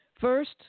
First